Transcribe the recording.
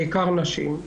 בעיקר נשים.